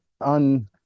on